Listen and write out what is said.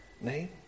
name